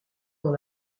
dans